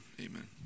amen